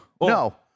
No